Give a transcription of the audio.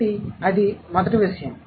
కాబట్టి అది మొదటి విషయం